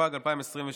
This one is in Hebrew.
התשפ"ג 2023,